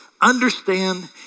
Understand